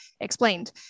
explained